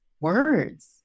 words